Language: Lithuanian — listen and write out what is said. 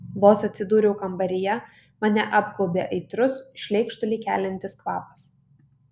vos atsidūriau kambaryje mane apgaubė aitrus šleikštulį keliantis kvapas